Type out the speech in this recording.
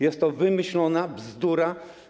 Jest to wymyślona bzdura.